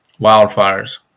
wildfires